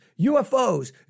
UFOs